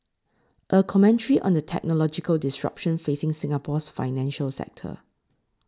a commentary on the technological disruption facing Singapore's financial sector